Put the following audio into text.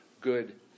good